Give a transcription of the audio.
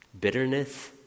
bitterness